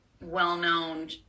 well-known